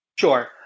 Sure